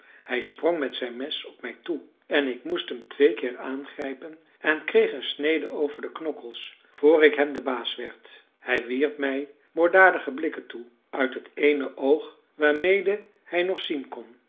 hij sprong met zijn mes op mij toe en ik moest hem twee keer aangrijpen en kreeg een snede over de knokkels voor ik hem de baas werd hij wierp mij moorddadige blikken toe uit het eene oog waarmede hij nog zien kon